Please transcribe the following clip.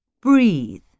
Breathe